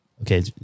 okay